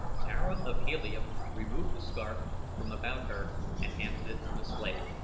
tara of helium removed the scarf from about her and handed it to the slave.